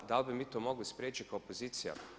Dal bi mi to mogli spriječiti kao opozicija?